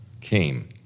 Came